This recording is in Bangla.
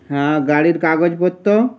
হ্যাঁ গাড়ির কাগজপত্র